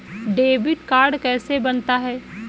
Debit card कैसे बनता है?